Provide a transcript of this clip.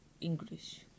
English